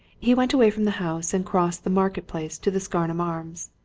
he went away from the house and crossed the market-place to the scarnham arms,